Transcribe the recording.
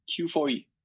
Q4E